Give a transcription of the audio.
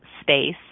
space